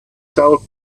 sell